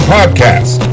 Podcast